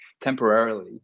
temporarily